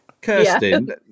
Kirsten